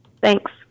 Thanks